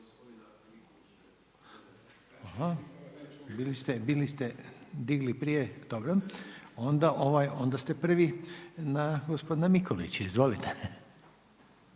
Digli ste prije toga. Onda ste prvi na gospodina Mikulića. Izvolite.